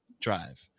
drive